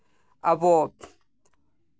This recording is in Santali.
ᱟᱵᱚ